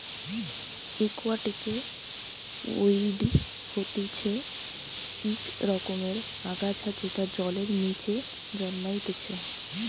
একুয়াটিকে ওয়িড হতিছে ইক রকমের আগাছা যেটা জলের নিচে জন্মাইতিছে